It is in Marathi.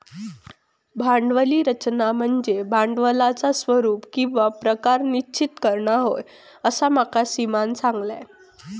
भांडवली रचना म्हनज्ये भांडवलाचा स्वरूप किंवा प्रकार निश्चित करना होय, असा माका सीमानं सांगल्यान